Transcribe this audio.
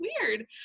weird